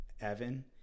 Evan